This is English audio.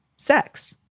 sex